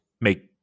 make